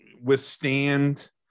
withstand –